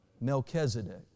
Melchizedek